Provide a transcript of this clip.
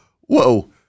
Whoa